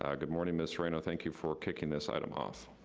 ah good morning, miss reno. thank you for kicking this item off.